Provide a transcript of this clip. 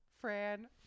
fran